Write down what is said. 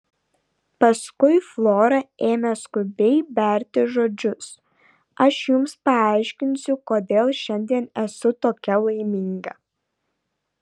paskui flora ėmė skubiai berti žodžius aš jums paaiškinsiu kodėl šiandien esu tokia laiminga